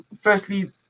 Firstly